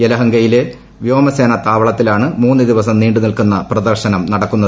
യലഹങ്കയിലെ വ്യോമസേന താവളത്തിലാണ് മൂന്നു ദിവസം നീണ്ടു നിൽക്കുന്ന പ്രദർശനം നടക്കുന്നത്